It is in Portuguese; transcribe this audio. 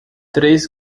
três